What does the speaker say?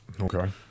Okay